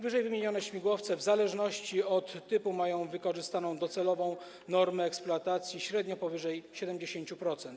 Wymienione śmigłowce w zależności od typu mają wykorzystaną docelową normę eksploatacji średnio powyżej 70%.